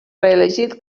reelegit